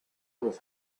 with